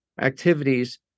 activities